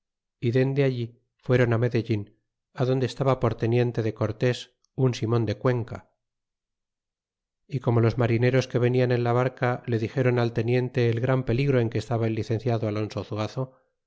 y dende allí fueron medellín adonde estaba por teniente de cortes un simon de cuenca y como los marineros que venian en la barca le dixéron al teniente el gran peligro en que estaba el licenciado